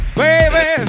baby